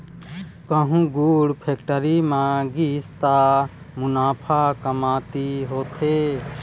कहूँ गुड़ फेक्टरी म गिस त मुनाफा कमती होथे